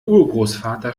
urgroßvater